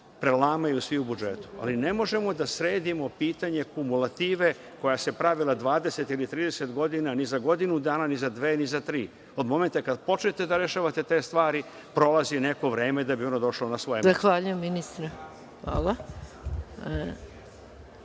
prelamaju svi u budžetu, ali ne možemo da sredimo pitanje kumulative koja se pravila 20 ili 30 godina, ni za godinu dana, ni za dve, ni za tri. Tog momenta kada počnete da rešavate te stvari prolazi neko vreme da bi ono došlo na svoje mesto. **Đorđe Milićević**